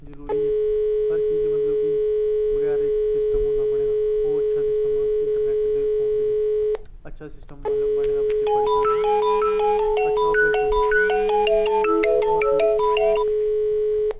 जरूरी हर चीज़ मतलब की बगैर इक्क सिस्टम होंदा बने दा ओह् बड़ा अच्छा सिस्टम इंटरनेट ते फोन दे बिच अच्छा सिस्टम मतलब की बने दा